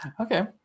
Okay